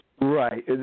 Right